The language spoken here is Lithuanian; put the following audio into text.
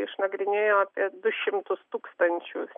išnagrinėjo apie du šimtus tūkstančių